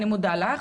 אני מודה לך.